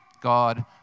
God